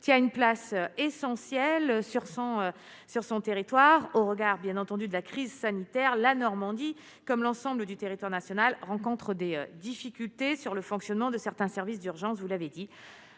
tient une place essentielle sur son sur son territoire au regard bien entendu de la crise sanitaire, la Normandie, comme l'ensemble du territoire national rencontrent des difficultés sur le fonctionnement de certains services d'urgence, vous l'avez dit,